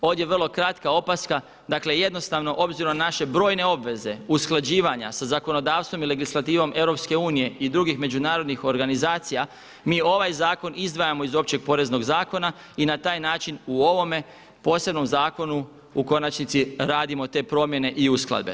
Ovdje vrlo kratka opaska, dakle jednostavno obzirom na naše brojne obveze usklađivanja sa zakonodavstvom i legislativom EU i drugih međunarodnih organizacija, mi ovaj zakon izdvajamo iz općeg poreznog zakona i na taj način u ovome posebnom zakonu u konačnici radimo te promjene i uskladbe.